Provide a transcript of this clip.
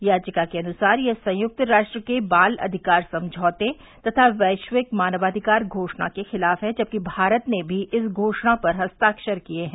याचिका के अनुसार यह संयुक्त राष्ट्र के बाल अधिकार समझौते तथा वैश्विक मानवाधिकार घोषणा के खिलाफ है जबकि भारत ने भी इस घोषणा पर हस्ताक्षर किये हैं